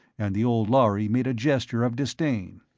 and the old lhari made a gesture of disdain.